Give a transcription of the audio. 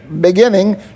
beginning